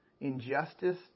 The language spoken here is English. injustice